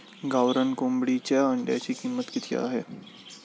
गावरान कोंबडीच्या अंड्याची किंमत किती आहे?